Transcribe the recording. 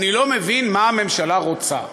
אני לא מבין מה הממשלה רוצה: